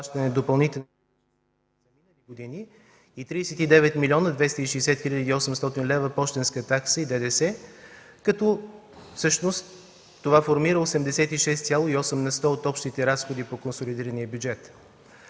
години и 39 млн. 260 хил. 800 лв. пощенска такса и ДДС, като всъщност това формира 86,8 на сто от общите разходи по консолидирания бюджет.